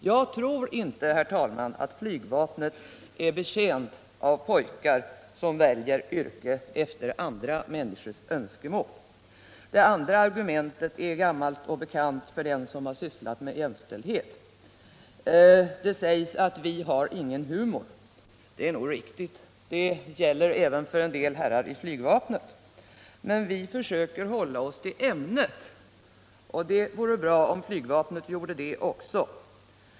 Jag tror inte, herr talman, att flygvapnet är betjänt av pojkar som väljer yrke efter andra människors önskemål. Det andra argumentet är gammalt och bekant för den som har sysslat med jämställdhet. Det sägs att vi inte har någon humor. Det är nog riktigt, men det gäller även för en del herrar inom flygvapnet. Vi försöker emellertid hålla oss till ämnet, och det vore bra om också flygvapnet gjorde detta.